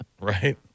Right